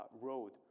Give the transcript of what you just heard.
road